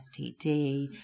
STD